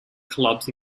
clubs